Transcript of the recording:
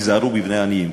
היזהרו בבני עניים,